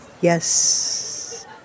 yes